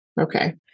Okay